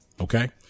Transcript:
Okay